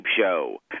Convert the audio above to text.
show